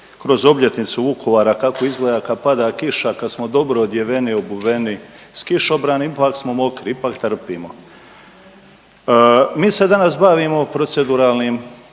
kroz obljetnicu Vukovara kako izgleda kada pada kiša, kada smo dobro odjeveni, obuveni sa kišobranima ipak smo mokri, ipak trpimo. Mi se danas bavimo proceduralnim